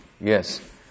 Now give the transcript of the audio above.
yes